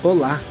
Olá